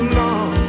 long